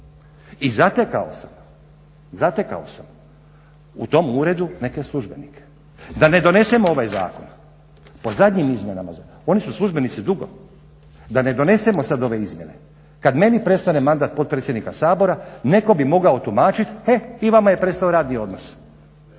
Sabora i zatekao sam u tom uredu neke službenike, da ne donesemo ovaj zakon po zadnjim izmjenama oni su službenici dugo, da ne donesemo ove izmjene, kada meni prestane mandat potpredsjednika Sabora neko bi mogao tumačiti, e i vama je prestao radni odnos.